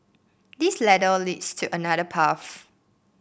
this ladder leads to another path